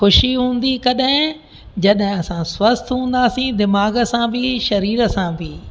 ख़ुशी हूंदी कॾहिं जॾहिं असां स्वस्थ हूंदासीं दिमाग़ सां बि शरीर सां बि